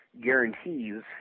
guarantees